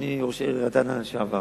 אדוני ראש העיר רעננה לשעבר,